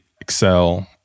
excel